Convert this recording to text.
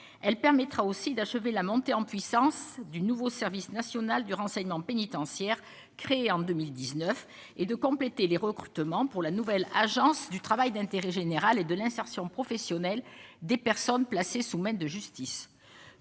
elle permettra aussi d'achever la montée en puissance du nouveau service national du renseignement pénitentiaire, créé en 2 1000 19 et de compléter les recrutements pour la nouvelle Agence du travail d'intérêt général et de l'insertion professionnelle des personnes placées sous main de justice